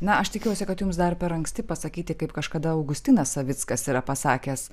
na aš tikiuosi kad jums dar per anksti pasakyti kaip kažkada augustinas savickas yra pasakęs